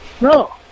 No